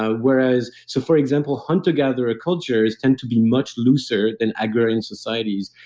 ah whereas, so, for example, hunter gatherer cultures tend to be much looser than agrarian societies.